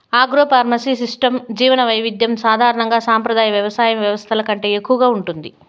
agroforestry సిస్టమ్స్లో జీవవైవిధ్యం సాధారణంగా సంప్రదాయ వ్యవసాయ వ్యవస్థల కంటే ఎక్కువగా ఉంటుంది